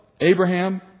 Abraham